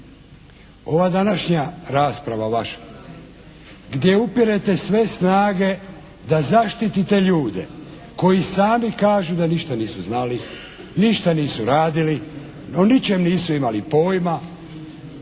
Ova današnja rasprava vaša gdje upirete sve snage da zaštitite ljude koji sami kažu da ništa nisu znali, ništa nisu radili, o ničem nisu imali pojma,